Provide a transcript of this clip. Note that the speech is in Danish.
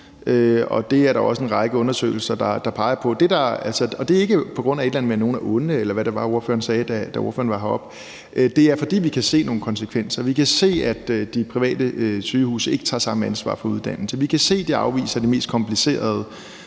og det er der også en række undersøgelser der peger på. Det er ikke på grund af et eller andet med, at nogle er onde, eller hvad det var, ordføreren sagde, da ordføreren var på talerstolen. Det er, fordi vi kan se nogle konsekvenser. Vi kan se, at de private sygehuse ikke tager samme ansvar for uddannelse. Vi kan se, at de afviser de mest komplicerede